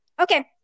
Okay